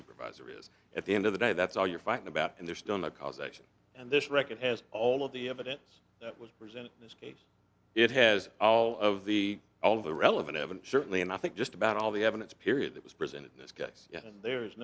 supervisor is at the end of the day that's all you're fighting about and there's done a causation and this record has all of the evidence that was presented in this case it has all of the all the relevant evidence certainly and i think just about all the evidence period that was presented in this case there is